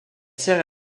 sert